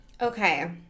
Okay